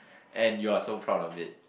and you're so proud of it